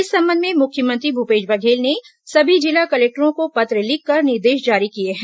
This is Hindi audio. इस संबंध में मुख्यमंत्री भूपेश बघेल ने सभी जिला कलेक्टरों को पत्र लिखकर निर्देश जारी किए हैं